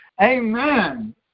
Amen